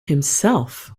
himself